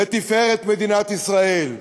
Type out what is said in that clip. לתפארת מדינת ישראל.